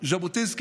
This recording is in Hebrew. ז'בוטינסקי